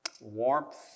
warmth